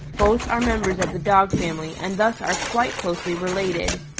both are members of the dog family and thus are quite closely related.